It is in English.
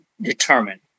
determined